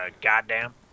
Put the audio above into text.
Goddamn